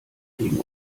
gegen